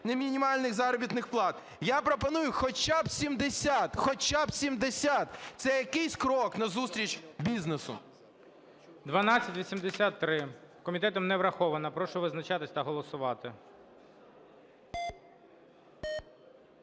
50 мінімальних заробітних плат? Я пропоную хоча б 70. Хоча б 70! Це якийсь крок назустріч бізнесу. ГОЛОВУЮЧИЙ. 1283 комітетом не врахована. Прошу визначатися та голосувати.